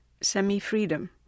semi-freedom